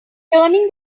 turning